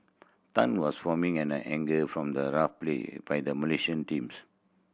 Tan was foaming and anger from the rough play by the Malaysian teams